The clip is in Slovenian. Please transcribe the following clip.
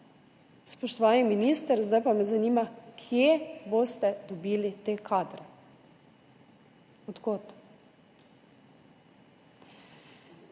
Spoštovani minister, zdaj pa me zanima, kje boste dobili te kadre? Od kod?